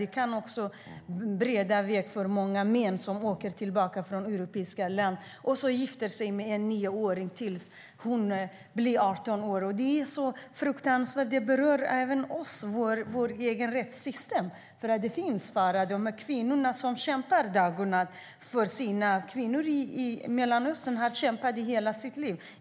Det kan hända att män åker tillbaka till Irak från europeiska länder och gifter sig med en nioåring, och det är fruktansvärt. Det berör även oss och vårt eget rättssystem. Det finns faror. Kvinnorna i Mellanöstern har kämpat hela sitt liv.